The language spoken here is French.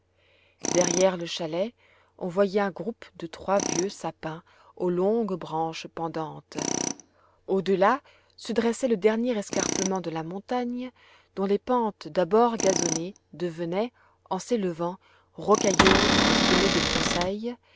derrière le chalet on voyait un groupe de trois vieux sapins aux longues branches pendantes au-delà se dressait le dernier escarpement de la montagne dont les pentes d'abord gazonnées devenaient en s'élevant rocailleuses et semées de broussailles